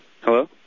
Hello